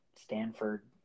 Stanford